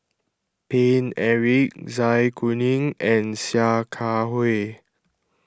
Paine Eric Zai Kuning and Sia Kah Hui